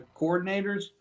coordinators